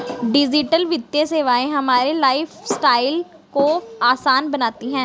digital वित्तीय सेवाएं हमारे लाइफस्टाइल को आसान बनाती हैं